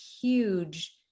huge